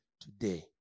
today